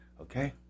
okay